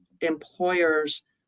employers